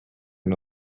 can